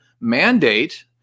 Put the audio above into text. mandate